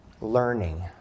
learning